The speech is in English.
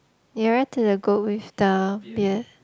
nearer to the goat with the beard